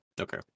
Okay